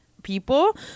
people